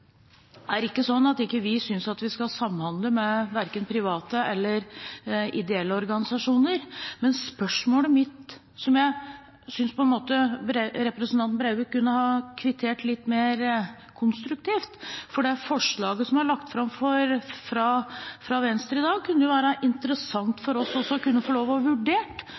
er ikke sånn at vi ikke synes at vi skal samhandle med verken private eller ideelle organisasjoner. Jeg synes representanten Breivik kunne ha kvittert spørsmålet mitt litt mer konstruktivt, for det forslaget som er lagt fram fra Venstre i dag, kunne vært interessant for oss å få lov til å